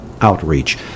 Outreach